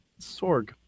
Sorg